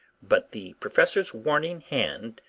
but the professor's warning hand,